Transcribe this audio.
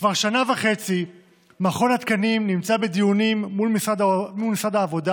כבר שנה וחצי מכון התקנים נמצא בדיונים מול משרד העבודה